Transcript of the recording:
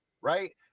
right